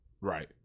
Right